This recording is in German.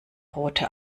rote